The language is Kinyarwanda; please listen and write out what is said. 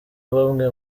bamwe